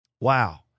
Wow